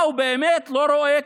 מה, הוא באמת לא רואה?